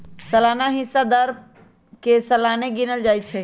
सलाना हिस्सा दर के सलाने गिनल जाइ छइ